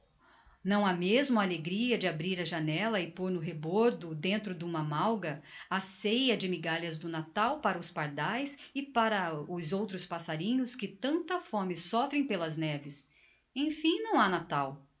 não ha mesmo a alegria de abrir a janella e pôr no rebordo dentro d'uma malga a ceia de migalhas do natal para os pardaes e para os outros passarinhos que tanta fome soffrem pelas neves emfim não ha natal